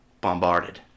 bombarded